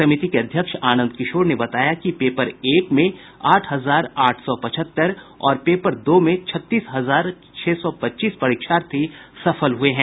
समिति के अध्यक्ष आनंद किशोर ने बताया कि पेपर एक में आठ हजार आठ सौ पचहत्तर और पेपर दो में छत्तीस हजार छह सौ पच्चीस परीक्षार्थी सफल हुए हैं